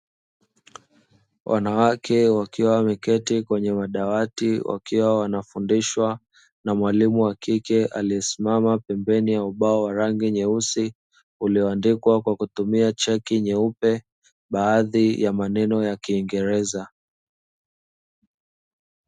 Wanawake wakiwa wameketi kwenye madawati, wakiwa wanafundishwa na mwalimu wa kike aliyesimama pembeni ya ubao wa rangi nyeusi, ulioandikwa kwa kutumia chaki nyeupe, baadhi ya maneno ya kiingereza.